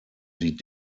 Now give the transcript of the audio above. sich